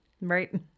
right